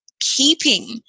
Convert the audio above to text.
keeping